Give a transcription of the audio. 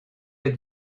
êtes